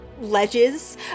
ledges